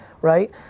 right